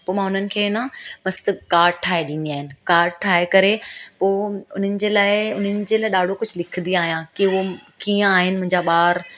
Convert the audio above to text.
पोइ मां उन्हनि खे न मस्तु काड ठाहे ॾींदी आहियां काड ठाहे करे पोइ उन्हनि जे लाइ उन्हनि जे लाइ ॾाढो कुझु लिखंदी आहियां की उहो कीअं आहिनि मुंहिंजा ॿार